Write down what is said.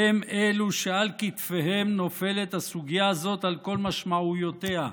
הם אלו שעל כתפיהם נופלת הסוגיה הזאת על כל משמעויותיה: